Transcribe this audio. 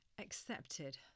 accepted